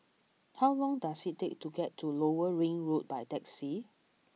how long does it take to get to Lower Ring Road by taxi